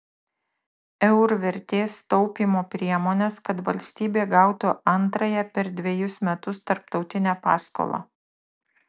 eur vertės taupymo priemones kad valstybė gautų antrąją per dvejus metus tarptautinę paskolą